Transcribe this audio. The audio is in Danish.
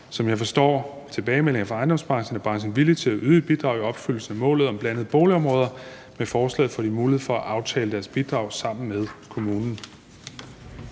Som jeg forstår tilbagemeldingerne fra ejendomsbranchen, er branchen villig til at yde et bidrag til opfyldelsen af målet om blandede boligområder. Med forslaget får de mulighed for at aftale deres bidrag sammen med kommunen.